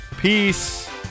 peace